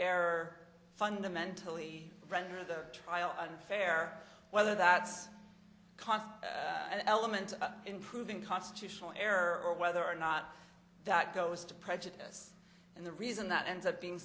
error fundamentally render the trial unfair whether that's const element in proving constitutional error or whether or not that goes to prejudice and the reason that ends up being